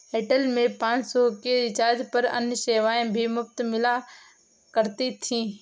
Airtel में पाँच सौ के रिचार्ज पर अन्य सेवाएं भी मुफ़्त मिला करती थी